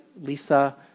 Lisa